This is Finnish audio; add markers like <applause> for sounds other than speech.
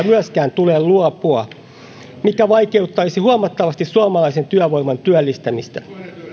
<unintelligible> myöskään tule luopua ulkomaisen työvoiman saatavuusharkinnasta koska se vaikeuttaisi huomattavasti suomalaisen työvoiman työllistämistä